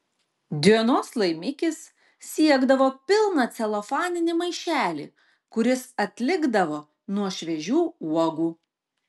dienos laimikis siekdavo pilną celofaninį maišelį kuris atlikdavo nuo šviežių uogų